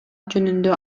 жөнүндө